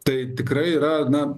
tai tikrai yra na